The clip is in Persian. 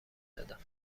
دادم